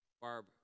Barb